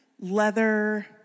leather